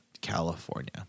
California